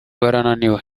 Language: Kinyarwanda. barananiwe